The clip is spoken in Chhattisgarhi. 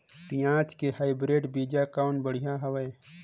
पियाज के हाईब्रिड बीजा कौन बढ़िया हवय?